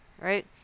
Right